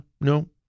No